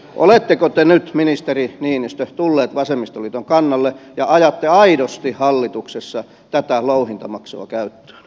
oletteko te nyt ministeri niinistö tullut vasemmistoliiton kannalle ja ajatte aidosti hallituksessa tätä louhintamaksua käyttöön